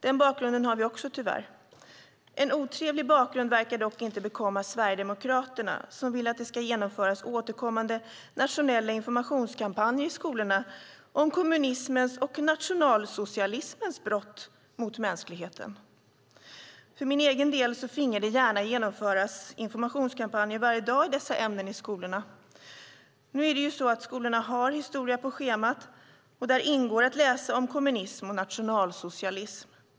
Den bakgrunden har vi också, tyvärr. En otrevlig bakgrund verkar dock inte bekomma Sverigedemokraterna, som vill att det ska genomföras återkommande nationella informationskampanjer i skolorna om kommunismens och nationalsocialismens brott mot mänskligheten. För min egen del finge det gärna genomföras informationskampanjer varje dag i dessa ämnen i skolorna. Nu är det ju så att skolorna har historia på schemat, och där ingår att läsa om kommunism och nationalsocialism.